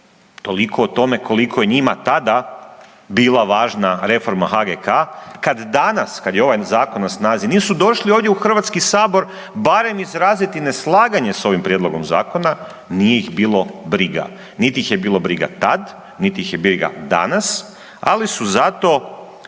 toliko o tome koliko je njima tada bila važna reforma HGK kad danas kad je ovaj zakon na snazi nisu došli ovdje u HS barem izraziti neslaganje s ovim prijedlogom zakona, nije ih bilo briga. Nit ih je bilo briga tad, nit ih je briga danas, ali su zato